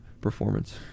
performance